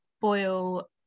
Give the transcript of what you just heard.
boil